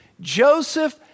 Joseph